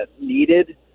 needed